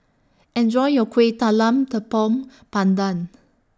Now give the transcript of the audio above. Enjoy your Kueh Talam Tepong Pandan